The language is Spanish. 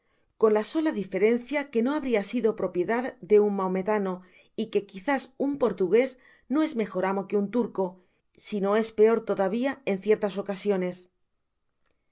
con la sola diferencia que no habria sido propiedad de no mahometano y quizás un portugués no es mejor amo que un turco si no es peor todavia en ciertas ocasiones